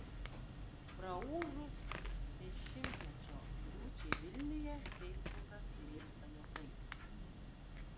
praūžus dešimtmečio liūčiai vilniuje feisbukas leipsta juokais